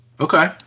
Okay